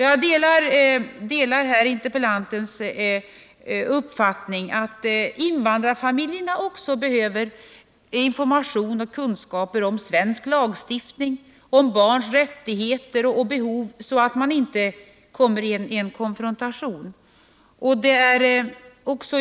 Jag delar interpellantens uppfattning att invandrarfamiljerna också behöver information och kunskaper om svensk lagstiftning och om barns rättigheter och behov, så att bristande kunskaper i dessa avseenden inte leder till konfrontationer.